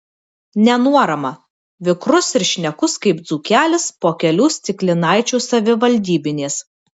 nenuorama vikrus ir šnekus kaip dzūkelis po kelių stiklinaičių savivaldybinės